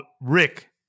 Rick